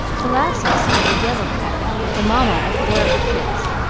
molasses was a yellow cat, the mamma of four of the kits,